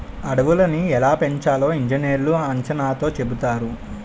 అడవులని ఎలా పెంచాలో ఇంజనీర్లు అంచనాతో చెబుతారు